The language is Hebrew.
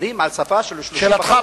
מדברים על שפה של 30% מאזרחי מדינת ישראל.